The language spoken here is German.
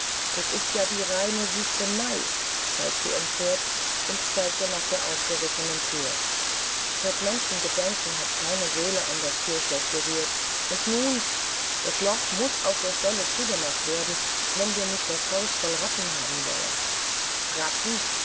das ist ja die reine wüstenei schalt sie empört und zeigte nach der aufgerissenen thüre seit menschengedenken hat keine seele an das thürschloß gerührt und nun das loch muß auf der stelle zugemacht werden wenn wir nicht das haus voll ratten haben wollen ratten